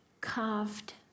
carved